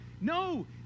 No